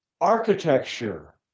architecture